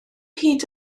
hyd